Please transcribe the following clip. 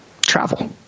travel